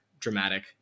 dramatic